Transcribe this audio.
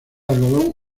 algodón